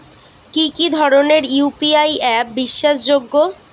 কি কি ধরনের ইউ.পি.আই অ্যাপ বিশ্বাসযোগ্য?